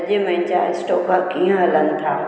अॼु मुंहिंजा स्टॉक कीअं हलनि था